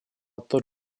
тот